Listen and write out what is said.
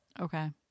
okay